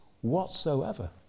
whatsoever